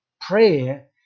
prayer